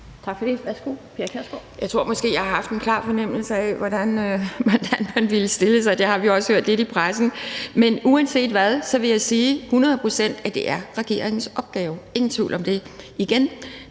Kl. 14:49 Pia Kjærsgaard (DF): Jeg tror måske, jeg har haft en klar fornemmelse af, hvordan man ville stille sig. Det har vi også hørt lidt i pressen. Men uanset hvad vil jeg sige, at det hundrede procent er regeringens opgave, ingen tvivl om det, hvis